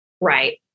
Right